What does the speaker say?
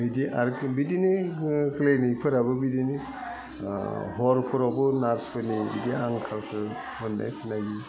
बिदि आर बिदिनो क्लिनिकफोराबो बिदिनो हरफोरावबो नार्सफोरनि बिदि आंखालफोर मोनदों नायि